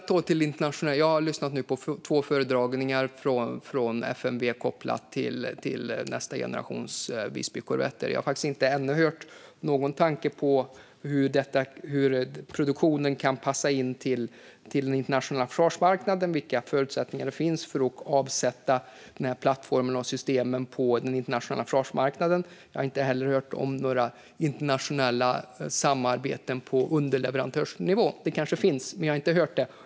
Jag har lyssnat på två föredragningar från FMV kopplat till nästa generations Visbykorvetter. Jag har faktiskt ännu inte hört någon tanke på hur produktionen kan passa in på den internationella försvarsmarknaden eller vilka förutsättningar som finns för att avsätta denna plattform av system på den internationella försvarsmarknaden. Jag har inte heller hört om några internationella samarbeten på underleverantörsnivå. De kanske finns, men jag har inte hört något.